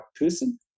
person